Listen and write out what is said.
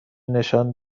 نشان